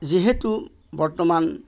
যিহেতু বৰ্তমান